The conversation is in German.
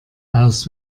aus